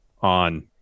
on